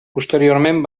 posteriorment